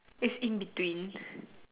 it's in between